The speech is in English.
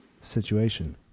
situation